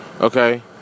Okay